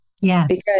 Yes